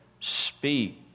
Speak